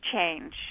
change